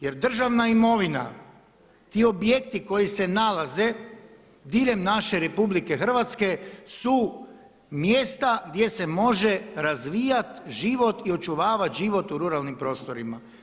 Jer državna imovina, ti objekti koji se nalaze diljem naše RH su mjesta gdje se može razvijati život i očuvat život u ruralnim prostorima.